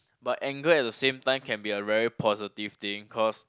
but anger at the same time can be a very positive thing cause